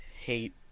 hate